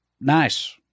Nice